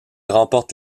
remporte